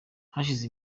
hashize